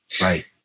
Right